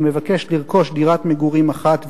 המבקש לרכוש דירת מגורים אחת,